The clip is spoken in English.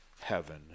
heaven